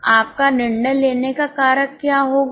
तो आपका निर्णय लेने का कारक क्या होगा